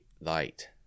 light